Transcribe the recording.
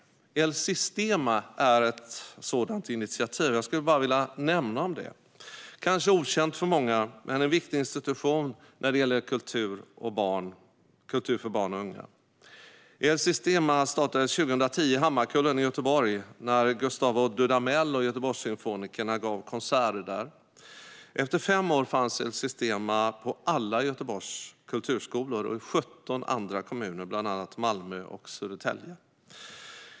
El Sistema är ett sådant initiativ, som jag skulle vilja nämna. Det är kanske okänt för många, men det är en viktig institution när det gäller kultur för barn och unga. El Sistema startades 2010 i Hammarkullen i Göteborg, när Gustavo Dudamel och Göteborgs Symfoniker gav konserter där. Efter fem år fanns El Sistema på alla Göteborgs kulturskolor och i 17 andra kommuner, bland annat Malmö och Södertälje.